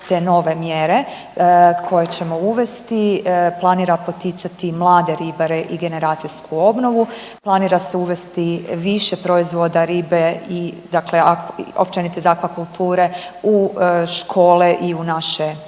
te nove mjere koje ćemo uvesti planira poticati mlade ribare i generacijsku obnovu, planira se uvesti više proizvoda ribe i dakle općenito iz akvakulture u škole i u naše vrtiće,